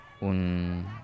un